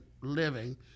living